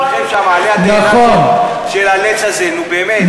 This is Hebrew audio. כולכם עלה התאנה של הלץ הזה, נו באמת.